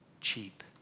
cheap